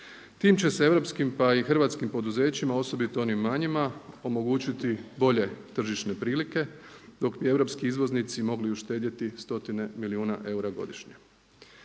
Tim će se europskim, pa i hrvatskim poduzećima osobito onim manjima omogućiti bolje tržišne prilike, dok bi europski izvoznici mogli uštedjeti stotine milijuna eura godišnje.